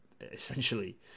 essentially